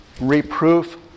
reproof